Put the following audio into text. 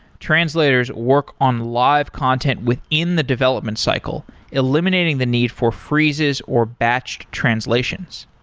translators work on live content within the development cycle, eliminating the need for freezes or batched translations.